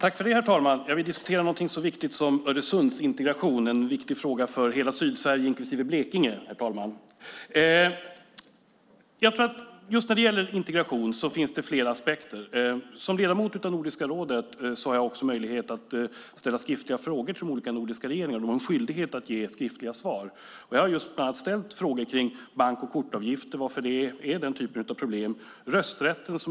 Herr talman! Vi diskuterar något så viktigt som Öresundsintegration. Det är en viktig fråga för hela Sydsverige, inklusive Blekinge, herr talman. Det finns flera aspekter på integration. Som ledamot av Nordiska rådet har jag också möjlighet att ställa skriftliga frågor till de olika nordiska regeringarna och de har en skyldighet att ge skriftliga svar. Jag har just ställt frågor om varför det är problem med bank och kortavgifter.